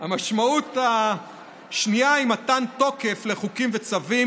המשמעות השנייה היא מתן תוקף לחוקים וצווים